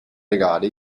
legale